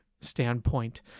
standpoint